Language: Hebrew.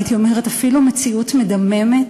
הייתי אומרת אפילו מציאות מדממת.